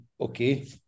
okay